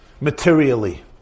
materially